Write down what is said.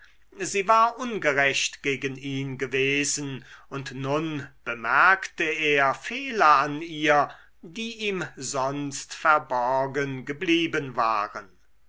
sie war ungerecht gegen ihn gewesen und nun bemerkte er fehler an ihr die ihm sonst verborgen geblieben waren